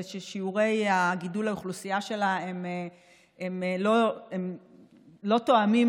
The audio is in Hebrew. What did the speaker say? ושיעורי גידול האוכלוסייה שלה לא תואמים,